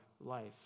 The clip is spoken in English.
life